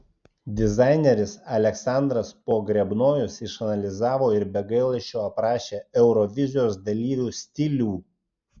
dizaineris aleksandras pogrebnojus išanalizavo ir be gailesčio aprašė eurovizijos dalyvių stilių